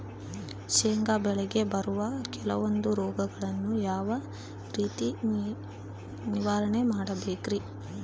ಶೇಂಗಾ ಬೆಳೆಗೆ ಬರುವ ಕೆಲವೊಂದು ರೋಗಗಳನ್ನು ಯಾವ ರೇತಿ ನಿರ್ವಹಣೆ ಮಾಡಬೇಕ್ರಿ?